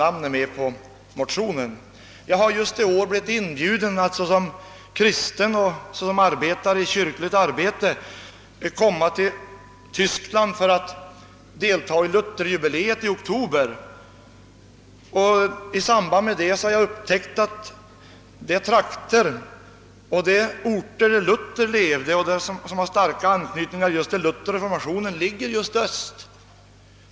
skall göras för att åstadkomma ett närmande. Jag har i år blivit inbjuden att såsom kristen och såsom verksam i kyrkligt arbete komma till Tyskland för att deltaga i Luther-jubileet i oktober. I samband därmed har jag upptäckt att de trakter, där Luther levde och som har så stark anknytning till Luther och till reformationen, ligger just i öst.